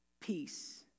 Peace